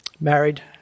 married